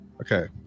okay